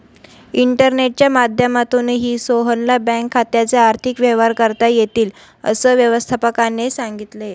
इंटरनेटच्या माध्यमातूनही सोहनला बँक खात्याचे आर्थिक व्यवहार करता येतील, असं व्यवस्थापकाने सांगितले